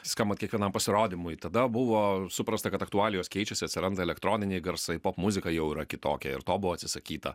skambant kiekvienam pasirodymui tada buvo suprasta kad aktualijos keičiasi atsiranda elektroniniai garsai popmuzika jau yra kitokia ir to buvo atsisakyta